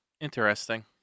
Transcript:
Interesting